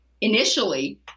Initially